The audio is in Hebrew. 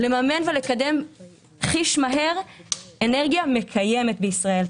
לממן ולקדם חיש מהר אנרגיה מקיימת בישראל.